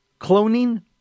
cloning